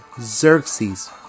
Xerxes